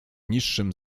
niższym